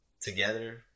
together